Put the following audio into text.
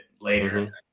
later